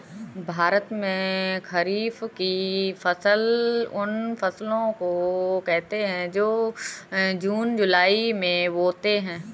भारत में खरीफ की फसल उन फसलों को कहते है जो जून जुलाई में बोते है